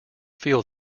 feel